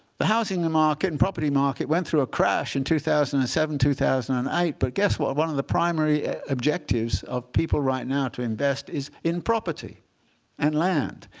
the housing market and property market went through a crash in two thousand and seven, two thousand and eight. but guess what? one of the primary objectives of people right now to invest is in property and land.